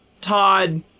Todd